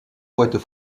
poètes